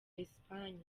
espagne